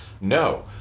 No